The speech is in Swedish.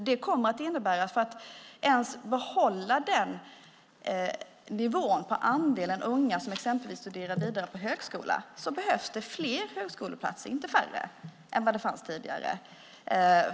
Det kommer att innebära att det för att ens behålla den nivå på andelen unga som exempelvis studerar vidare på högskola behövs fler högskoleplatser, och inte färre, än det fanns tidigare.